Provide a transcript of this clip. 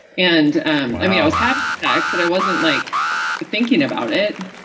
and um i mean i was having sex, but i wasn't like thinking about it.